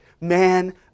man